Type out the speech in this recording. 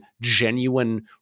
genuine